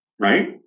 right